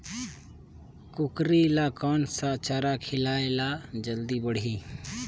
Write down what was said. कूकरी ल कोन सा चारा खिलाय ल जल्दी बाड़ही?